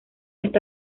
está